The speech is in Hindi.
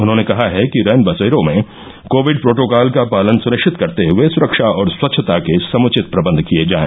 उन्होंने कहा है कि रैन बसेरों में कोविड प्रोटोकॉल का पालन सुनिश्चित करते हुये सुरक्षा और स्वच्छता के समुचित प्रबंध किये जायें